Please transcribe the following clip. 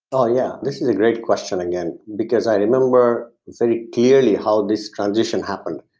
oh yeah, this is a great question again because i remember very clearly how this transitioned happened.